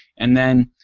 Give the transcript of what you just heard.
and then,